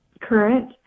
current